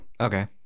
Okay